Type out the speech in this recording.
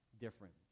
different